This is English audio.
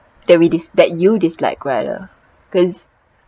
that we dis~ that you dislike rather cause